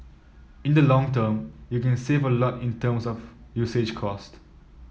in the long term you can save a lot in terms of usage cost